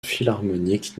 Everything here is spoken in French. philharmonique